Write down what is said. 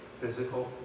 physical